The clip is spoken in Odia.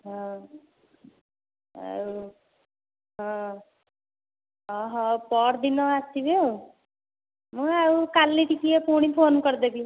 ହଁ ଆଉ ହଁ ପଅରଦିନ ଆସିବେ ଆଉ ମୁଁ ଆଉ କାଲି ଟିକିଏ ପୁଣି ଫୋନ୍ କରିଦେବି